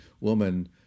woman